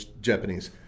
Japanese